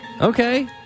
Okay